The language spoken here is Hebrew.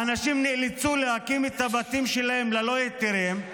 האנשים נאלצו להקים את הבתים שלהם ללא היתרים.